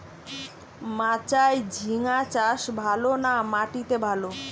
মাচায় ঝিঙ্গা চাষ ভালো না মাটিতে ভালো?